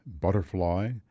Butterfly